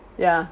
ya